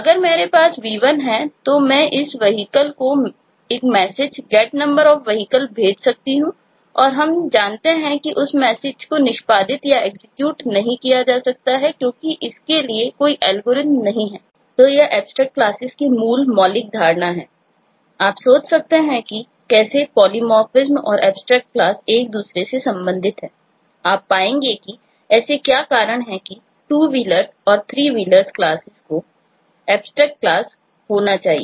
अगर मेरे पास v1 है तो मैं इस vehicle को एक मैसेज getNumberofWheels होना चाहिए